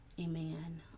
Amen